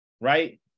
right